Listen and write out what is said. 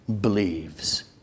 believes